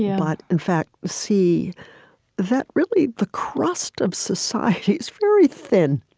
but in fact see that, really, the crust of society is very thin.